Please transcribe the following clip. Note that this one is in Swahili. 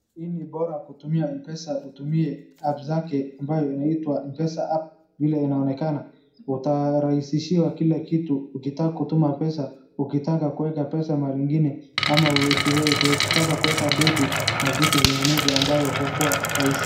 Hii ni bora kutumia mpesa utumie apps zake ambayo inaitwa Mpesa app vile inaonekana, utarahisishiwa kila kitu, ukitaka kutuma pesa, ukitaka kuweka pesa mahali ingine ama utumie ukitaka kuweka paybill na vitu vinginevyo ambayo hukuwa rahisi.